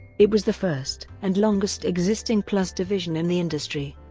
it was the first and longest-existing plus division in the industry.